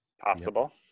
Possible